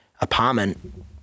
apartment